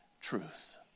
truth